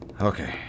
Okay